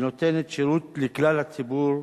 שנותנת שירות לכלל הציבור,